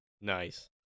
Nice